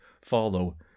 follow